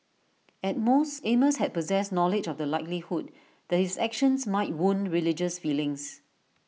at most amos had possessed knowledge of the likelihood that his actions might wound religious feelings